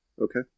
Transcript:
Okay